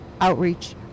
outreach